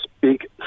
big